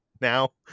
now